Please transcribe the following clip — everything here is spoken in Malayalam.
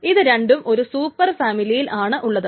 ഇത് രണ്ടും ഒരു സൂപ്പർ ഫാമിലിയിൽ ആണ് ഉള്ളത്